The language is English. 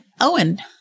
Owen